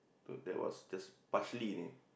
thought that was just partially in it